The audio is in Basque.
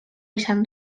izan